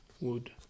Wood